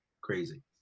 crazy